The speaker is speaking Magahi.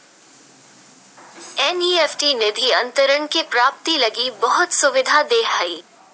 एन.ई.एफ.टी निधि अंतरण के प्राप्ति लगी बहुत सुविधा दे हइ